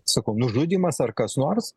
sakau nužudymas ar kas nors